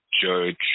Judge